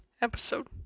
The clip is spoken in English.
episode